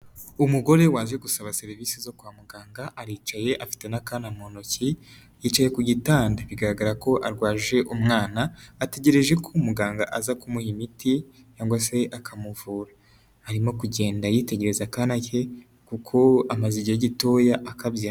Umugore waje gusaba serivisi zo kwa muganga aricaye afite n'akana mu ntoki, yicaye ku gitanda, bigaragara ko arwaje umwana ategereje ko muganga aza kumuha imiti cyangwa se akamuvura, arimo kugenda yitegereza akana ke kuko amaze igihe gitoya akabyaye.